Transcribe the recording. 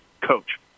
coach